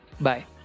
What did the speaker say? bye